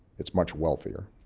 it's much wealthier.